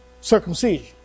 circumcision